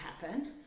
happen